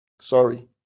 Sorry